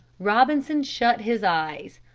robinson shut his eyes.